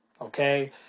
okay